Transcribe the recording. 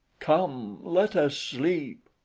come, let us sleep.